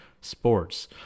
sports